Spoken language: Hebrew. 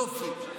יופי.